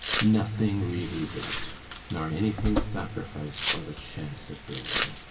nothing really built nor anything sacrificed for the chance of building.